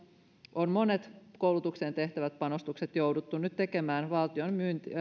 on monet koulutukseen tehtävät panostukset jouduttu nyt tekemään valtion